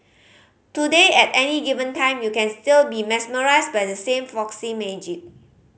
today at any given time you can still be mesmerised by the same folksy magic